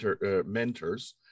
mentors